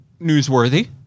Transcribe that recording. newsworthy